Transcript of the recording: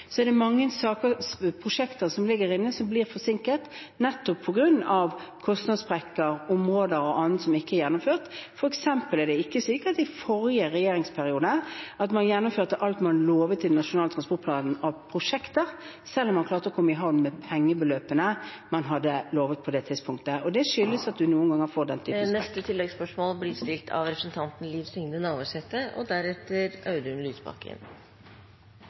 det er mange prosjekter som ligger inne, men som blir forsinket, nettopp på grunn av kostnadssprekk – områder og annet som ikke er gjennomført. For eksempel er det ikke slik at man i forrige regjeringsperiode gjennomførte alt man lovte i Nasjonal transportplan av prosjekter, selv om man klarte å komme i havn med pengebeløpene man hadde lovt på det tidspunktet. Det skyldes at man noen ganger får den